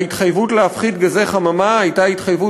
ההתחייבות להפחית גזי חממה הייתה התייחסות